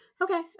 Okay